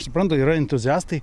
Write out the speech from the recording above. suprantu yra entuziastai